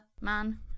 man